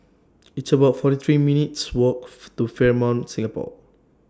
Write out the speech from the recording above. It's about forty three minutes' Walk to Fairmont Singapore